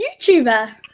YouTuber